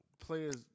players